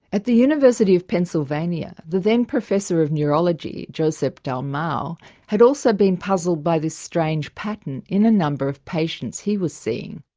at the university of pennsylvania the then professor of neurology josep dalmau had also been puzzled by this strange pattern in a number of patients he was seeing.